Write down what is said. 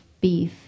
beef